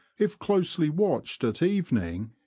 if closely watched at evening,